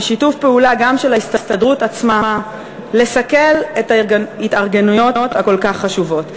בשיתוף פעולה גם של ההסתדרות עצמה לסכל את ההתארגנויות הכל-כך חשובות.